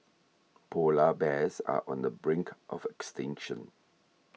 Polar Bears are on the brink of extinction